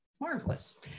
marvelous